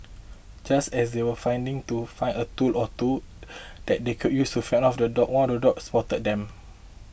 just as they were finding to find a tool or two that they could use to fend off the dogs one of the dogs spotted them